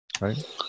Right